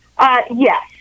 Yes